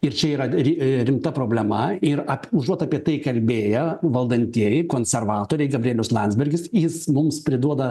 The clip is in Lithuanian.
ir čia yra ri rimta problema ir užuot apie tai kalbėję valdantieji konservatoriai gabrielius landsbergis jis mums priduoda